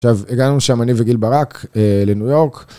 עכשיו, הגענו שם, אני וגיל ברק לניו יורק.